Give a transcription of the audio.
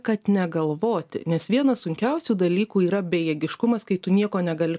kad negalvoti nes vienas sunkiausių dalykų yra bejėgiškumas kai tu nieko negali